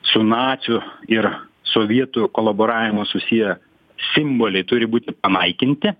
su nacių ir sovietų kolaboravimu susiję simboliai turi būti panaikinti